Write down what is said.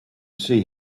see